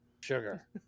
sugar